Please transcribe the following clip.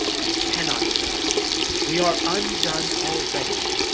we cannot, sir we are undone already.